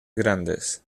grandes